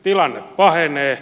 tilanne pahenee